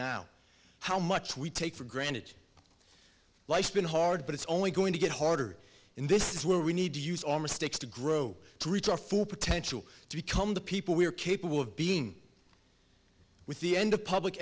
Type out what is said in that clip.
now how much we take for granted life's been hard but it's only going to get harder in this is where we need to use our mistakes to grow to reach our full potential to become the people we are capable of being with the end of public